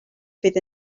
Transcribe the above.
fydd